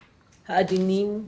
העדינים,